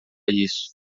isso